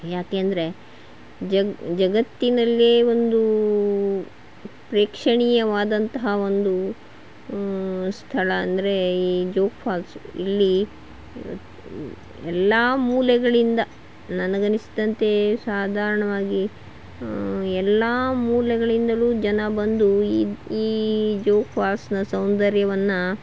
ಯಾಕೆಂದರೆ ಜಗತ್ತಿನಲ್ಲೇ ಒಂದು ಪ್ರೇಕ್ಷಣೀಯವಾದಂತಹ ಒಂದು ಸ್ಥಳ ಅಂದರೆ ಈ ಜೋಗ್ ಫಾಲ್ಸು ಇಲ್ಲಿ ಎಲ್ಲ ಮೂಲೆಗಳಿಂದ ನನಗೆ ಅನಿಸಿದಂತೆಯೇ ಸಾಧಾರ್ಣ್ವಾಗಿ ಎಲ್ಲ ಮೂಲೆಗಳಿಂದಲೂ ಜನ ಬಂದು ಈ ಈ ಜೋಗ್ ಫಾಲ್ಸ್ನ ಸೌಂದರ್ಯವನ್ನು